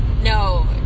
No